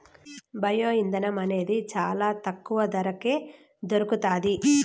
bio ఇంధనం అనేది చానా తక్కువ ధరకే దొరుకుతాది